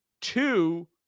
two